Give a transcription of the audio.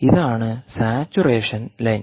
ഇതാണ് saturation line